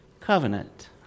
covenant